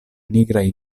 nigraj